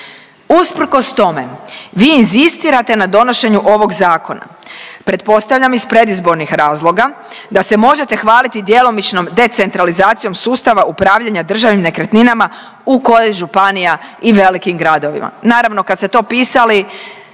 Usprkos tome vi inzistirate na donošenju ovog zakona pretpostavljam iz predizbornih razloga da se možete hvaliti djelomičnom decentralizacijom sustava upravljanja državnim nekretninama u korist županija i velikim gradovima.